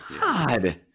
God